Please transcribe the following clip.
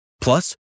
Plus